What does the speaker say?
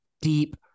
deep